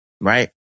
right